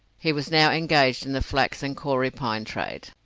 he was now engaged in the flax and kauri pine trade.